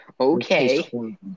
Okay